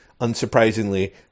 unsurprisingly